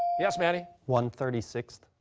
yes, manny? one thirty sixth?